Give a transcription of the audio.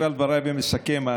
ומסכם.